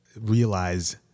realize